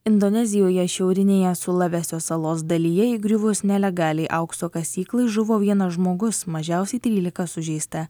indonezijoje šiaurinėje sulavesio salos dalyje įgriuvus nelegaliai aukso kasyklai žuvo vienas žmogus mažiausiai trylika sužeista